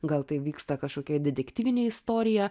gal tai vyksta kažkokia detektyvinė istorija